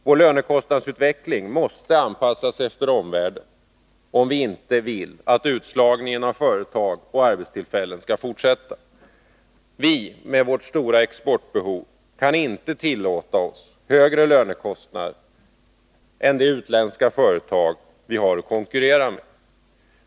Vår lönekostnadsutveckling måste anpassas efter omvärldens, om vi inte vill att utslagningen av företag och bortfallet av arbetstillfällen skall fortsätta. Vi med vårt stora exportbehov kan inte tillåta oss högre lönekostnader än de utländska företag vi måste konkurrera med.